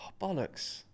bollocks